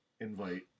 invite